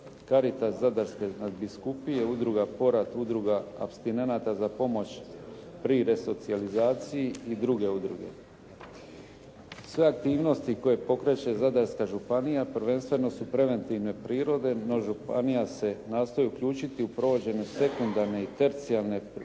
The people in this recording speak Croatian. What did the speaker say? Caritas Zadarske nadbiskupije, Udruga "Porat", Udruga apstinenata za pomoć pri resocijalizaciji i druge udruge. Sve aktivnosti koje pokreće Zadarska županija prvenstveno su preventivne prirode no županija se nastoji uključiti u provođenju sekundarne i tercijarne prevencije